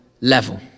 level